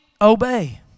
obey